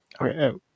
Okay